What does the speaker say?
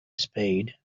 spade